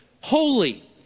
holy